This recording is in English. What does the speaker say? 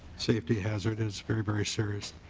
safety hazard. it's very very serious.